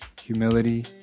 Humility